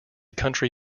country